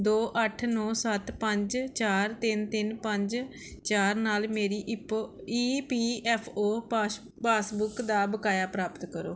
ਦੋ ਅੱਠ ਨੌਂ ਸੱਤ ਪੰਜ ਚਾਰ ਤਿੰਨ ਤਿੰਨ ਪੰਜ ਚਾਰ ਨਾਲ ਮੇਰੀ ਈਪੋ E P F O pass passbook ਦਾ ਬਕਾਇਆ ਪ੍ਰਾਪਤ ਕਰੋ